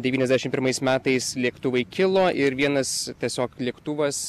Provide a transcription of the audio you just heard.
devyniasdešim pirmais metais lėktuvai kilo ir vienas tiesiog lėktuvas